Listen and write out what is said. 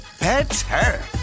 Better